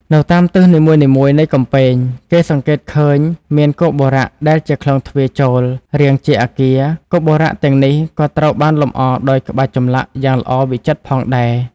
នៅតាមទិសនីមួយៗនៃកំពែង គេសង្កេតឃើញមាន គោបុរៈដែលជាក្លោងទ្វារចូលរាងជាអគារ គោបុរៈទាំងនេះក៏ត្រូវបានលម្អដោយក្បាច់ចម្លាក់យ៉ាងល្អវិចិត្រផងដែរ។